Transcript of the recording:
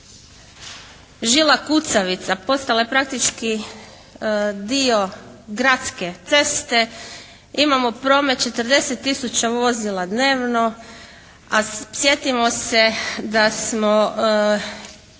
žila kucavica postala praktički dio gradske ceste imamo promet 40 tisuća vozila dnevno a sjetimo se da smo